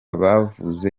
bavuga